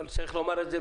צריך את זה לומר בזהירות.